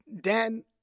Dan